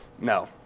No